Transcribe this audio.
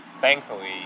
thankfully